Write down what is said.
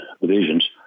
Divisions